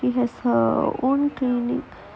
she has her own clinic